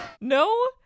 No